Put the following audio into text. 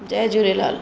Jay Jhulelal